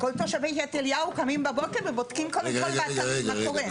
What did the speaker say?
כל תושבי יד אליהו קמים בבוקר ובודקים קודם כל באתרים מה קורה.